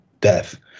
death